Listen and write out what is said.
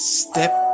step